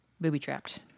booby-trapped